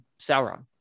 Sauron